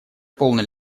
полной